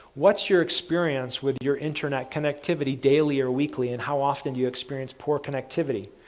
what's your experience with your internet connectivity daily or weekly and how often do you experience poor connectivity?